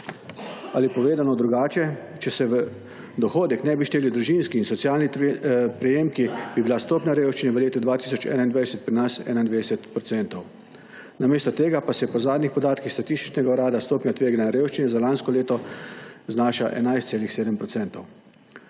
Ali povedano drugače, če se v dohodek nebi šteli družinski in socialni prejemki, bi bila stopnja revščine v letu 2021 pri nas 21 %. Namesto tega pa se je po zadnjih podatkih Statističnega urada stopnja tveganja revščine za lansko leto znaša 11,7 %.